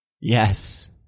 Yes